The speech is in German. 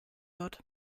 wird